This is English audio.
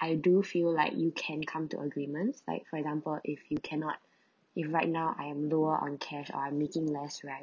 I do feel like you can come to agreements like for example if you cannot if right now I am lower on cash or I am making less right